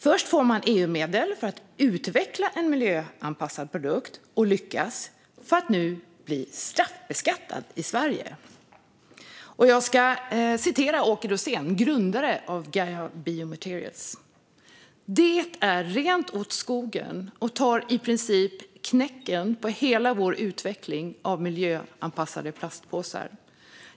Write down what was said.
Först får man EU-medel för att utveckla en miljöanpassad produkt och lyckas, för att nu bli straffbeskattad i Sverige. Jag ska återge vad Åke Rosén, grundare av Gaia Biomaterials, har sagt: Det är rent åt skogen och tar i princip knäcken på hela vår utveckling av miljöanpassade plastpåsar.